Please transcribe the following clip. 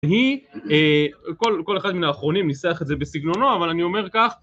היא, כל אחד מן האחרונים ניסח את זה בסגנונו, אבל אני אומר כך: ...